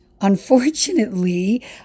unfortunately